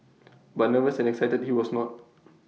but nervous and excited he was not